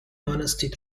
monastic